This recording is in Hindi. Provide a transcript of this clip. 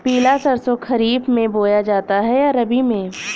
पिला सरसो खरीफ में बोया जाता है या रबी में?